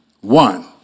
one